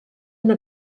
una